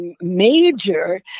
major